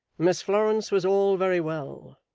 miss florence was all very well,